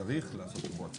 לא צריך להסביר.